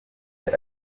buri